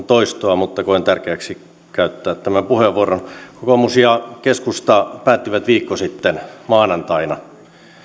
toistoa mutta koen tärkeäksi käyttää tämän puheenvuoron kokoomus ja keskusta päättivät viikko sitten maanantaina